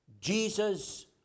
Jesus